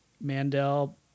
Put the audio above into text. Mandel